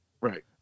Right